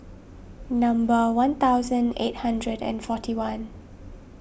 number one thousand eight hundred and forty one